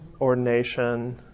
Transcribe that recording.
ordination